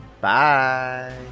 bye